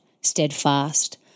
Steadfast